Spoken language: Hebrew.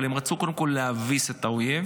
אבל הם רצו קודם כול להביס את האויב,